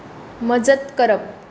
मजत करप